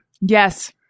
yes